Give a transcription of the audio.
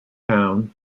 town